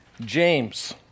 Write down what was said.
James